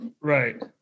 Right